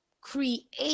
create